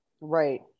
right